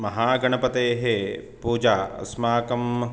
महागणपतेः पूजा अस्माकं